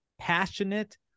passionate